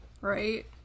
right